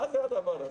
מה זה הדבר הזה?